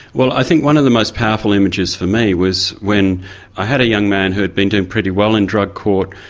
well i think one of the most powerful images for me was when i had a young man who had been doing pretty well in drug court.